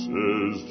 Says